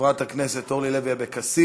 חברת הכנסת אורלי לוי אבקסיס,